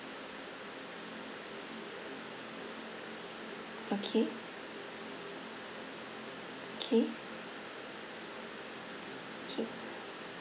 okay K K